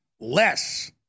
less